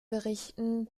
berichten